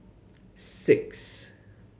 six